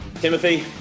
Timothy